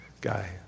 guy